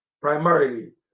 primarily